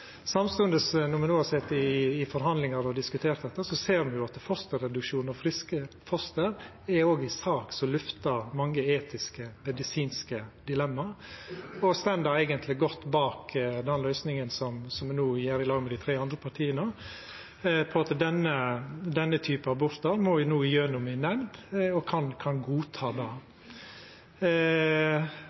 Samstundes, når me no har sete i forhandlingar og diskutert dette, ser me at fosterreduksjon av friske foster er ei sak som lyftar mange etiske og medisinske dilemma, og me står eigentleg godt bak den løysinga med kom til i lag med dei andre partia, at ein for denne typen abortar no må igjennom ei nemnd, og kan godta det.